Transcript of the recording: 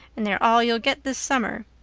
and they're all you'll get this summer.